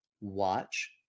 Watch